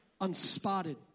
unspotted